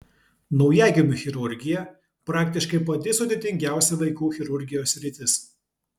naujagimių chirurgija praktiškai pati sudėtingiausia vaikų chirurgijos sritis